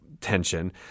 tension